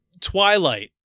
Twilight